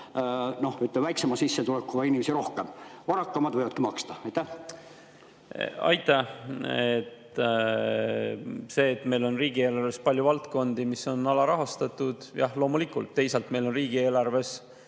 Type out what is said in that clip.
koormab väiksema sissetulekuga inimesi rohkem. Varakamad võivadki maksta. Aitäh! See, et meil on riigieelarves palju valdkondi, mis on alarahastatud – jah, loomulikult. Teisalt on riigieelarves